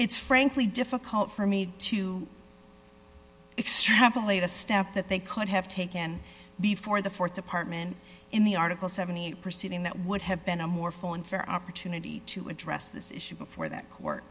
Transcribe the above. it's frankly difficult for me to extrapolate a step that they could have taken before the th department in the article seventy eight proceeding that would have been a more full and fair opportunity to address this issue before that